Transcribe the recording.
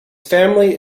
family